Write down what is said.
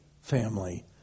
family